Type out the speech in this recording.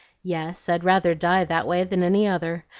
yes, i'd rather die that way than any other.